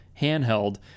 handheld